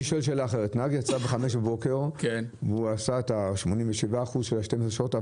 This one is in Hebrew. נהג יצא ב-5 בבוקר ועשה את ה-87% של ה-12 שעות,